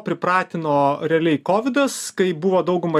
pripratino realiai kovidas kai buvo daugumą